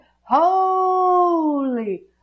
holy